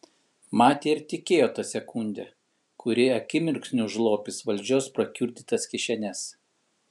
matė ir tikėjo ta sekunde kuri akimirksniu užlopys valdžios prakiurdytas kišenes